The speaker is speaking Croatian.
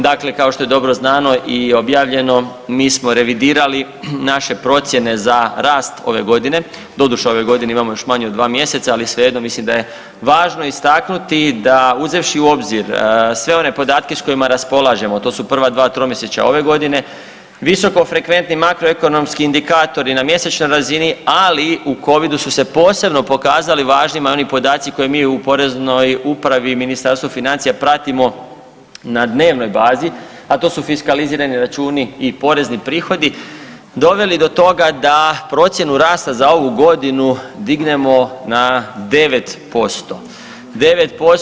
Dakle, kao što je dobro znano i objavljeno mi smo revidirali naše procjene za rast ove godine, doduše ove godine imamo još manje od dva mjeseca, ali svejedno, mislim da je važno istaknuti da uzevši u obzir sve one podatke s kojima raspolažemo, to su prva dva tromjesečja ove godine visokofrekventni makroekonomski indikatori na mjesečnoj razini, ali u covidu su se posebno pokazali važnima oni podaci koje mi u Poreznoj upravi i Ministarstvu financija pratimo na dnevnoj bazi, a to su fiskalizirani računi i porezni prihodi doveli do toga da procjenu rasta za ovu godinu dignemo na 9%